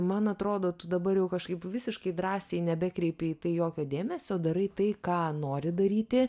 man atrodo tu dabar jau kažkaip visiškai drąsiai nebekreipį į tai jokio dėmesio darai tai ką nori daryti